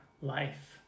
life